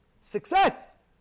Success